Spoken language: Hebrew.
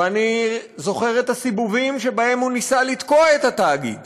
ואני זוכר את הסיבובים שבהם הוא ניסה לתקוע את התאגיד